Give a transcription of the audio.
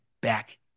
back